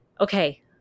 okay